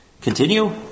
Continue